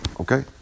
Okay